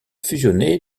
fusionné